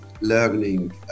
learning